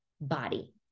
body